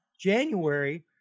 January